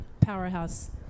powerhouse